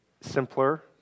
simpler